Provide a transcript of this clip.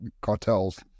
cartels